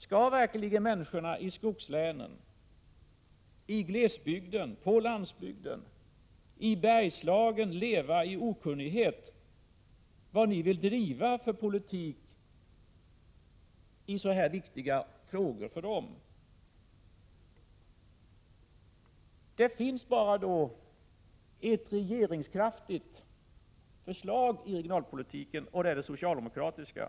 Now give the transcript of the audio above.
Skall verkligen människorna i skogslänen, i glesbygden, på landsbygden och i Bergslagen leva i okunnighet om vilken politik ni vill driva när det gäller för dem så viktiga frågor? Det finns bara ett regeringskraftigt förslag i regionalpolitiken, och det är det socialdemokratiska.